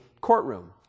courtroom